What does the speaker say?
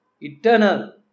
Eternal